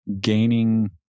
gaining